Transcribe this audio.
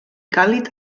càlid